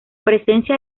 presencia